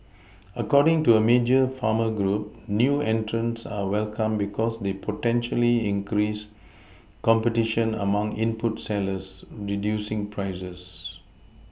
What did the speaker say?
according to a major farmer group new entrants are welcome because they potentially increase competition among input sellers Reducing prices